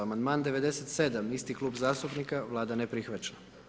Amandman 97, isti klub zastupnika, Vlada ne prihvaća.